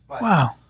Wow